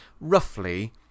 Roughly